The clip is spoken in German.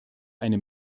eine